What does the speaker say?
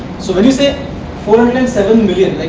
so when you say four hundred and seven million,